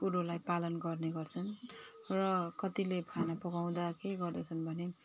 कुरोलाई पालन गर्ने गर्छन् र कतिले खाना पकाउँदा के गर्दछन् भने